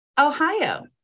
Ohio